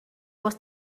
was